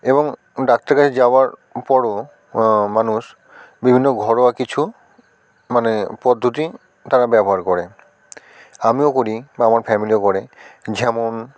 এবং ডাক্তারে কাছে যাওয়ার পরও মানুষ বিভিন্ন ঘরোয়া কিছু মানে পদ্ধতি তারা ব্যবহার করে আমিও করি বা আমার ফ্যামিলিও করে যেমন